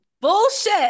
bullshit